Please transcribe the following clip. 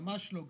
ממש לא גפני,